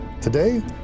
Today